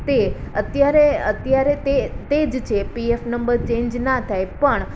તે અત્યારે અત્યારે તે તે જ છે પી એફ નંબર જે ચેન્જ ના થાય પણ